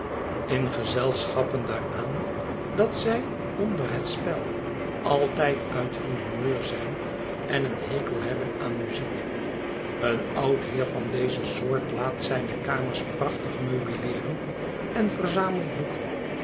in gezelschappen daaraan dat zij onder het spel altijd uit hun humeur zijn en een hekel hebben aan muziek een oud heer van deze soort laat zijne kamers prachtig meubileeren en verzamelt boeken